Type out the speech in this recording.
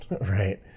right